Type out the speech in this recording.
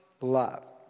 love